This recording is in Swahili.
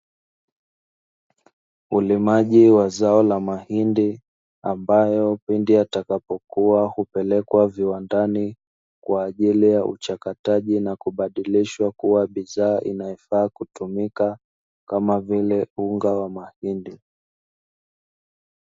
Ulimaji wa zao la mahindi, ambayo pindi yatakapokua hupelekwa viwandani kwa ajili ya uchakataji na kubadilishwa kuwa bidhaa inayofaa kutumika, kama vile unga wa mahindi.